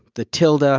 the tilde, ah